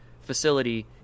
facility